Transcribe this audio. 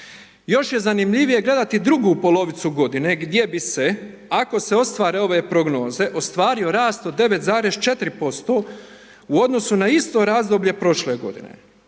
Još je zanimljivije gledati drugu polovicu godine, gdje bi se, ako se ostvare ove prognoze, ostvario rast od 9,4% u odnosu na isto razdoblje prošle godine.